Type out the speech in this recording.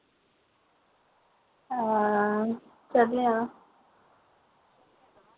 हां चलने आं